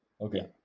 Okay